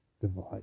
device